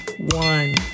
one